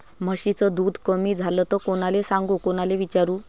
म्हशीचं दूध कमी झालं त कोनाले सांगू कोनाले विचारू?